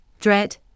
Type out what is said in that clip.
dread